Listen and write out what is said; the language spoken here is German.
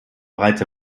bereits